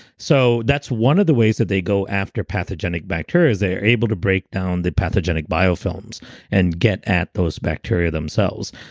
so that's one of the ways that they go after pathogenic bacteria is they're able to break down the pathogenic biofilms and get at those bacteria themselves.